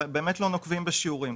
אנחנו לא נוקבים בשיעורים.